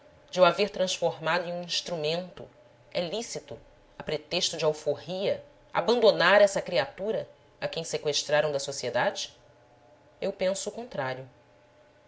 de o haver transformado em um instrumento é lícito a pretexto de alforria abandonar essa criatura a quem seqüestraram da sociedade eu penso o contrário